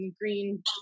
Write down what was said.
green